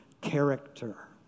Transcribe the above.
character